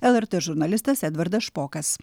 lrt žurnalistas edvardas špokas